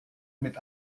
mit